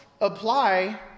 apply